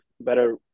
better